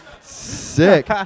Sick